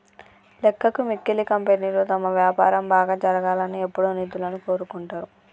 లెక్కకు మిక్కిలి కంపెనీలు తమ వ్యాపారం బాగా జరగాలని ఎప్పుడూ నిధులను కోరుకుంటరు